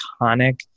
iconic